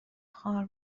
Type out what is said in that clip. خوار